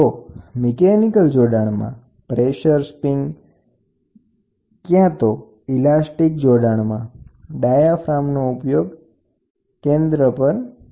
તો mechanical linkage સિસ્ટમમાં pressure spring લાગુ પડે છે અથવા તો ઇલેક્ટ્રીક ગૌણ ટ્રાન્સડ્યુસરને ડાયાફાર્મ સાથે કેન્દ્ર પર જોડવામાં આવે છે